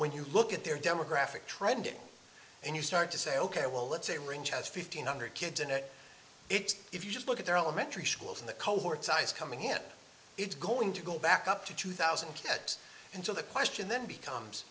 when you look at their demographic trending and you start to say ok well let's say range has fifteen hundred kids in it if you just look at their elementary schools in the cohort size coming in it's going to go back up to two thousand kids and so the question then becomes